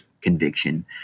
conviction